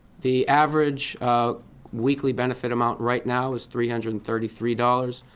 the average weekly benefit amount right now is three hundred and thirty three dollars.